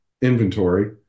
inventory